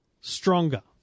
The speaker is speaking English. stronger